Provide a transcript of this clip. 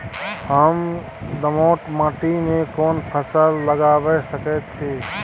हम दोमट माटी में कोन फसल लगाबै सकेत छी?